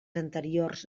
anteriors